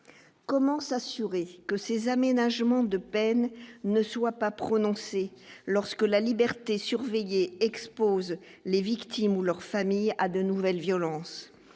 comment s'assurer que ces aménagements de peine ne soit pas prononcé lorsque la liberté surveillée expose les victimes ou leurs familles à de nouvelles violences